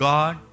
God